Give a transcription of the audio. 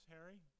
Harry